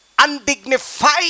undignified